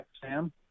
Sam